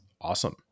awesome